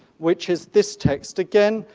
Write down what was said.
which is this text, again,